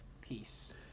peace